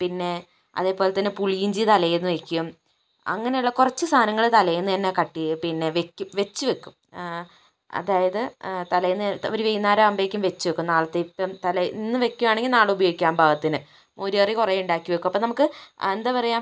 പിന്നെ അതേപോലെത്തന്നെ പുളിയിഞ്ചി തലേന്ന് വെയ്ക്കും അങ്ങനെയുള്ള കുറച്ചു സാധനങ്ങൾ തലേന്ന് തന്നെ കട്ട് ചെയ്യും പിന്നെ വെക്കും വെച്ചു വെക്കും അതായത് തലേന്ന് നേരത്തെ ഒരു വൈകുന്നേരം ആകുമ്പോഴേക്കും വെച്ചു വെക്കും നാളത്തേക്ക് തലേന്ന് ഇന്ന് വെയ്കുകയാണെങ്കിൽ നാളെ ഉച്ചയ്ക്കുപയോഗിക്കാൻ പാകത്തിന് മോരുകറി കുറേയുണ്ടാക്കിവെക്കും അപ്പോൾ നമുക്ക് എന്താ പറയുക